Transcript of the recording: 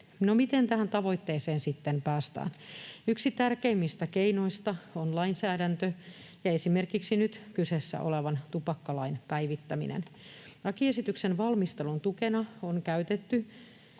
miten tähän tavoitteeseen sitten päästään? Yksi tärkeimmistä keinoista on lainsäädäntö ja esimerkiksi nyt kyseessä olevan tupakkalain päivittäminen. Lakiesityksen valmistelun tukena on käytetty